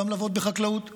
לעבוד גם בחקלאות.